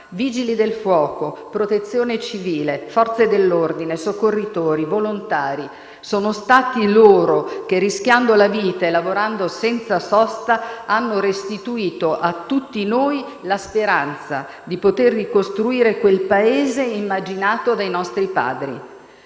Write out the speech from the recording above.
Vigili del fuoco, Protezione civile, Forze dell'ordine, soccorritori e volontari, rischiando la vita e lavorando senza sosta, hanno restituito a tutti noi la speranza di poter ricostruire quel Paese immaginato dai nostri padri.